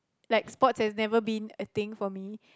like sports has never been a thing for me